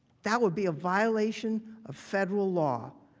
that would be a violation of federal law.